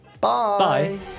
Bye